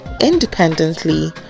independently